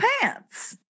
pants